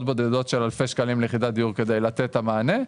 בודדות של אלפי שקלים ליחידת דיור כדי לתת את המענה.